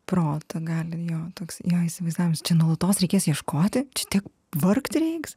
protą gali ją toks jei įsivaizdavote nuolatos reikės ieškoti čia tiek vargti reiks